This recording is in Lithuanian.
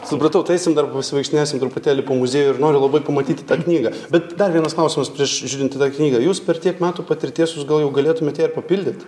supratau tai eisim dar pasivaikštinėsim truputėlį po muziejų ir noriu labai pamatyti tą knygą bet dar vienas klausimas prieš žiūrint į tą knygą jūs per tiek metų patirties jūs gal jau galėtumėt ją ir papildyt